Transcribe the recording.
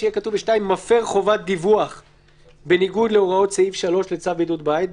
שיהיה כתוב ב-(2): מפר חובת דיווח בניגוד להוראות סעיף 3 לצו בידוד בית.